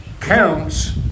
counts